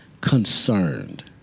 concerned